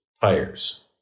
tires